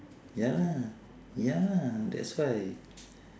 ya lah ya lah that's why